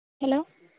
hello